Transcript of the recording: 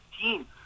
team